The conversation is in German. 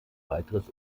weiteres